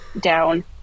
down